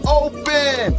open